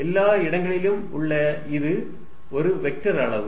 எல்லா இடங்களிலும் உள்ள இது ஒரு வெக்டர் அளவு